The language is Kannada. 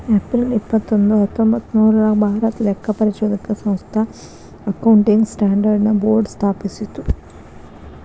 ಏಪ್ರಿಲ್ ಇಪ್ಪತ್ತೊಂದು ಹತ್ತೊಂಭತ್ತ್ನೂರಾಗ್ ಭಾರತಾ ಲೆಕ್ಕಪರಿಶೋಧಕ ಸಂಸ್ಥಾ ಅಕೌಂಟಿಂಗ್ ಸ್ಟ್ಯಾಂಡರ್ಡ್ ನ ಬೋರ್ಡ್ ಸ್ಥಾಪಿಸ್ತು